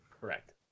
Correct